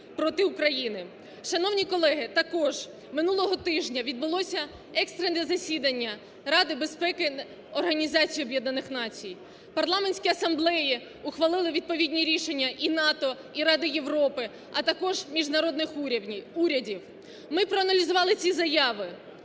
Шановні колеги, також минулого тижня відбулося екстрене засідання Ради безпеки Організації Об'єднаних Націй, парламентські асамблеї ухвалили відповідні рішення і НАТО, і Ради Європи, а також міжнародних урядів. Ми проаналізували ці заяви.